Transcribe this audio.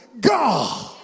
God